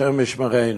השם ישמרנו.